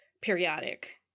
periodic